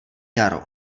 jaro